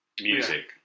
music